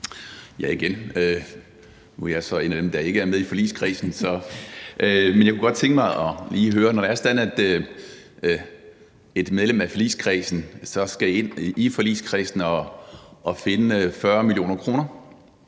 Jeg er så en af dem, der ikke er med i forligskredsen, men jeg kunne godt tænke mig lige at høre: Når det er sådan, at et medlem af forligskredsen først skal ind i forligskredsen og finde 40 mio. kr.